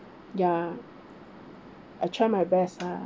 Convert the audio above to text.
ya I try my best lah